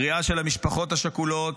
קריאה של המשפחות השכולות,